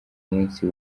umunsi